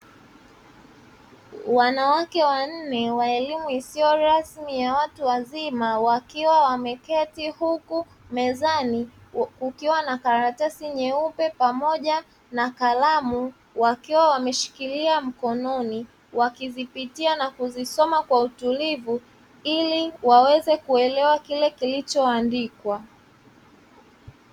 Wanawake wanne wa elimu isiyo rasmi ya watu wazima wakiwa wameketi; huku mezani kukiwa na karatasi nyeupe pamoja na kalamu wakiwa wameshikilia mkononi, wakizipitia na kuzisoma kwa utulivu ili waweze kuelewa kile kilichoandikwa.